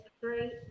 great